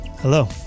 Hello